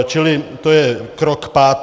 Čili to je krok pátý.